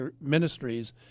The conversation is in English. ministries